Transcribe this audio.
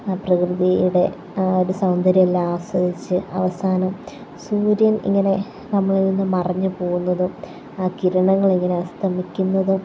ആ പ്രകൃതിയുടെ ആ ഒരു സൗന്ദര്യമെല്ലാം ആസ്വദിച്ച് അവസാനം സൂര്യൻ ഇങ്ങനെ നമ്മളിൽനിന്നു മറഞ്ഞ് പോവുന്നതും ആ കിരണങ്ങൾ ഇങ്ങനെ അസ്തമിക്കുന്നതും